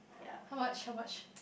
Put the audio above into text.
how much how much